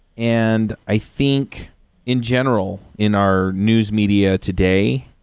and i think in general, in our news media today,